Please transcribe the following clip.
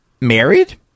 Married